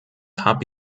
habe